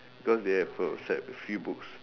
cause they have a set a few books